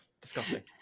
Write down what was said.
Disgusting